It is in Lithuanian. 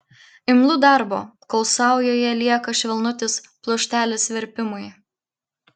imlu darbo kol saujoje lieka švelnutis pluoštelis verpimui